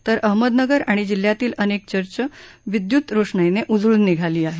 तर अहमदनगर आणि जिल्ह्यातील अनेक चर्च विदयुत रोषणाईनं उजळून निघाली आहेत